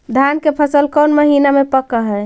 धान के फसल कौन महिना मे पक हैं?